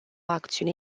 acțiune